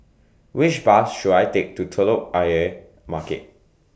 Which Bus should I Take to Telok Ayer Market